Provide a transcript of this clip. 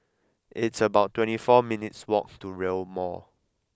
it's about twenty four minutes' walk to Rail Mall